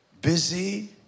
Busy